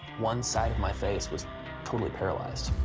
one side of my face was totally paralyzed.